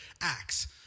acts